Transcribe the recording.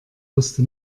wusste